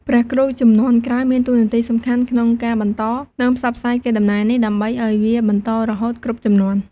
ព្រះគ្រូជំនាន់ក្រោយមានតួនាទីសំខាន់ក្នុងការបន្ត និងផ្សព្វផ្សាយកេរដំណែលនេះ ដើម្បីឲ្យវាបន្តរហូតគ្រប់ជំនាន់។